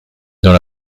dans